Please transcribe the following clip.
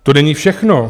To není všechno.